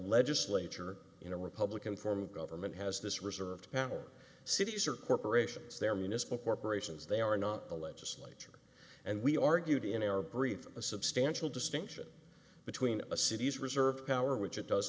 legislature in a republican form of government has this reserved power cities or corporations their municipal corporations they are not the legislature and we argued in our brief a substantial distinction between a city's reserve power which it does